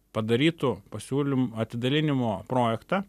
padarytų pasiūlym atidalinimo projektą